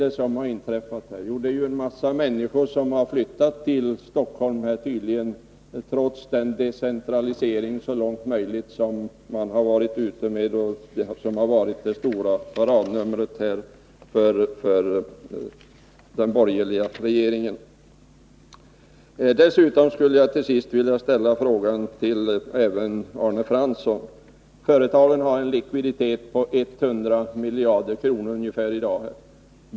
Det som har inträffat är tydligen att en mängd människor har flyttat till Stockholm trots att decentralisering så långt möjligt har varit det stora paradnumret för de borgerliga regeringarna. Till sist skulle jag vilja ställa en fråga även till Arne Fransson. Företagen har en likviditet på ungefär 100 miljarder kronor i dag.